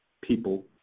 people